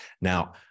Now